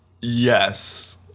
Yes